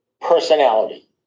personality